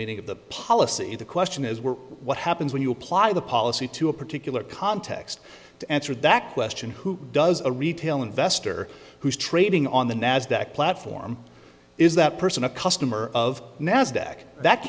meaning of the policy the question is were what happens when you apply the policy to a particular context to answer that question who does a retail investor who's trading on the nasdaq platform is that person a customer of nasdaq that